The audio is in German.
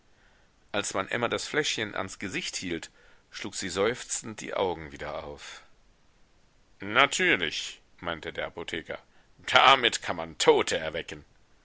als man emma das fläschchen ans gesicht hielt schlug sie seufzend die augen wieder auf natürlich meinte der apotheker damit kann man tote erwecken